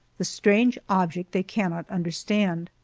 the strange object they cannot understand.